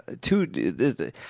two